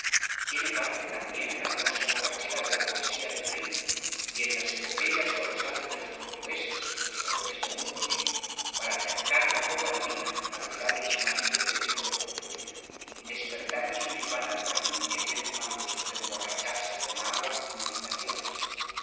tiene parte también en la donosa borrachera de la poesía del rhin y en las epopeyas colosales de los portugueses buscadores de mundos para acercar la copa divina á los labios amarillos del tropiquillos hijo de confucio y despertar de su nirvana al bramín que tiene el mal gusto de emborracharse con agua y meditaciones